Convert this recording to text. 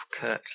curtly